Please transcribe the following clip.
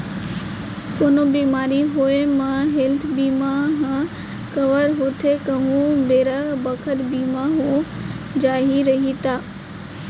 कोनो बेमारी होये म हेल्थ बीमा ह कव्हर होथे कहूं बेरा बखत बीमा हो जाही रइही ता